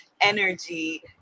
energy